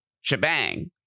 shebang